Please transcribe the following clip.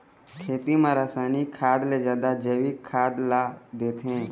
खेती म रसायनिक खाद ले जादा जैविक खाद ला देथे